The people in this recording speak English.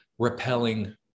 repelling